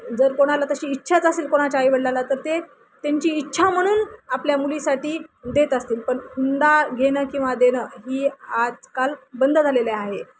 जर कोणाला तशी इच्छाच असेल कोणाच्या आईवडिलाला तर ते त्यांची इच्छा म्हणून आपल्या मुलीसाठी देत असतील पण हुंडा घेणं किंवा देणं ही आजकाल बंद झालेले आहे